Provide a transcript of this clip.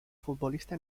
futbolista